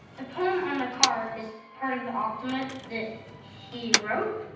and poem on the card is part of the akdamut that he wrote?